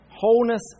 wholeness